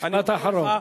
משפט אחרון.